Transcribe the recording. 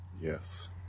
Yes